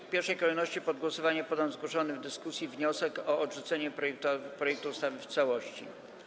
W pierwszej kolejności pod głosowanie poddam zgłoszony w dyskusji wniosek o odrzucenie projektu ustawy w całości.